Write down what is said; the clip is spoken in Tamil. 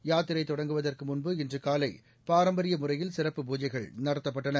யாத்திரை தொடங்குவதற்கு முன்பு இன்று காலை பாரம்பரிய முறையில் சிறப்பு பூஜைகள் நடத்தப்பட்டன